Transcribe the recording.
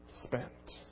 spent